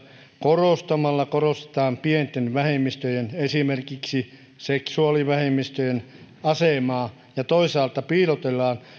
korostamalla korostetaan pienten vähemmistöjen esimerkiksi seksuaalivähemmistöjen asemaa ja toisaalta piilotellaan